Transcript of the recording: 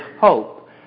hope